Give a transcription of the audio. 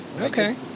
okay